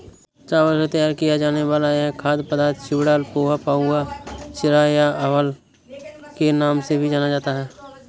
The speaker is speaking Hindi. चावल से तैयार किया जाने वाला यह खाद्य पदार्थ चिवड़ा, पोहा, पाउवा, चिरा या अवल के नाम से भी जाना जाता है